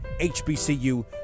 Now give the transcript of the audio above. HBCU